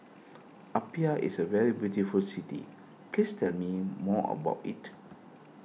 Apia is a very beautiful city please tell me more about it